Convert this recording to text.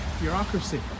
bureaucracy